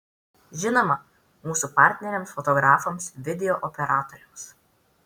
žinoma mūsų partneriams fotografams video operatoriams